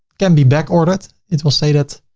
can be back ordered. it will say that.